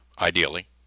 ideally